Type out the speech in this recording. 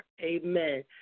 Amen